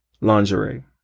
lingerie